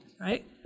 right